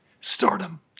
stardom